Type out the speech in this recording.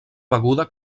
beguda